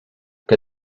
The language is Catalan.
que